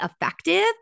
effective